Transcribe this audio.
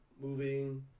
moving